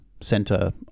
center